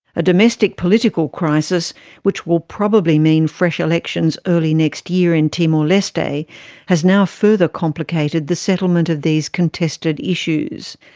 a domestic political crisis which will probably mean fresh elections early next year in timor-leste has now further complicated the settlement of these contested issues.